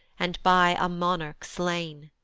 and by a monarch slain